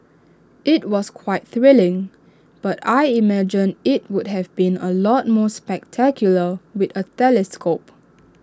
IT was quite thrilling but I imagine IT would have been A lot more spectacular with A telescope